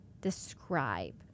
describe